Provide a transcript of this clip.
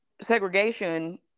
segregation